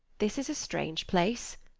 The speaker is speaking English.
this is a strange place,